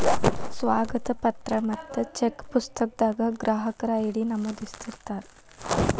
ಸ್ವಾಗತ ಪತ್ರ ಮತ್ತ ಚೆಕ್ ಪುಸ್ತಕದಾಗ ಗ್ರಾಹಕರ ಐ.ಡಿ ನಮೂದಿಸಿರ್ತಾರ